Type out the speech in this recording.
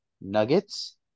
Nuggets